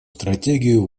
стратегию